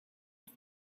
with